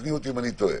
תקני אותי אם אני טועה.